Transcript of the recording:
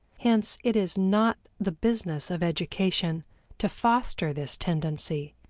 hence it is not the business of education to foster this tendency,